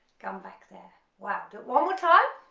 come back there. wow, do it one more time,